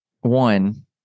One